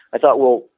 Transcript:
i thought well,